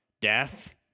death